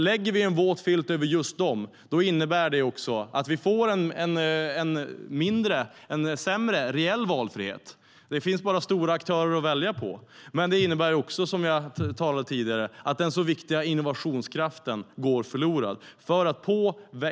Lägger vi en våt filt över just dem innebär det att vi får en sämre reell valfrihet där det bara finns stora aktörer att välja på. Men det innebär också, som jag sagt tidigare, att den så viktiga innovationskraften går förlorad.